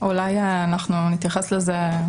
אולי אנחנו נתייחס לזה.